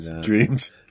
dreams